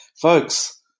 folks